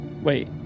Wait